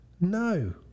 No